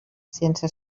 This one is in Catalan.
sense